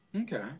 Okay